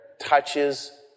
touches